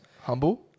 Humble